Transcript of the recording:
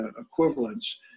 equivalents